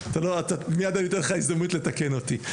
מייד אני אתן לך הזדמנות לתקן אותי.